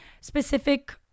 specific